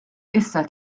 issa